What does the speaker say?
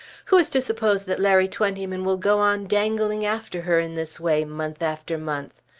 who is to suppose that larry twentyman will go on dangling after her in this way, month after month?